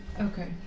Okay